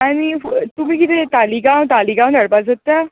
आनी तुमी कितें तालीगांव तालीगांव घालपा सोदता